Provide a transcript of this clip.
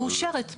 מאושרת.